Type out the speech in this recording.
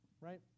Right